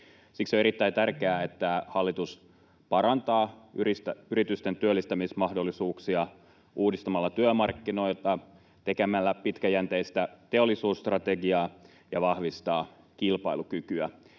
Siksi on erittäin tärkeää, että hallitus parantaa yritysten työllistämismahdollisuuksia uudistamalla työmarkkinoita ja tekemällä pitkäjänteistä teollisuusstrategiaa ja vahvistaa kilpailukykyä.